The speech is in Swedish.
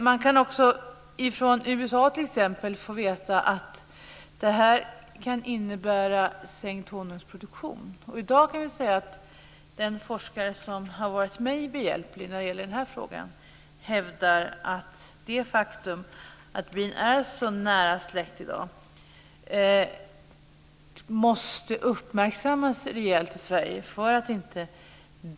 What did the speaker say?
Jag har från USA fått veta att det här kan innebära sänkt honungsproduktion. Den forskare som har varit mig behjälplig i frågan hävdar att det faktum att bina i dag är så nära släkt måste uppmärksammas rejält i Sverige.